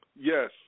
Yes